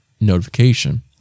notification